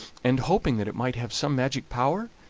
and, hoping that it might have some magic power,